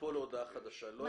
מפה ועד הודעה חדשה.